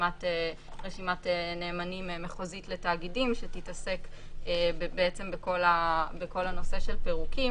רשימת נאמנים מחוזית לתאגידים שתתעסק בכל הנושא של פירוקים,